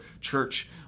church